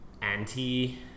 Anti